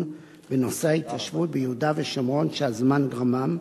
בנושאי ההתיישבות ביהודה ושומרון שהזמן גרמם,